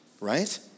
right